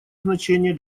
значение